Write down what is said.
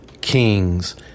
kings